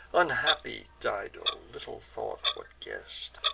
unhappy dido little thought what guest,